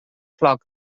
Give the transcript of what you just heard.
floc